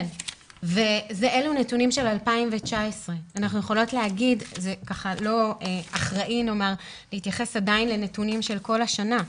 אלו נתונים של 2019. זה לא אחראי להתייחס לנתונים של כל השנה,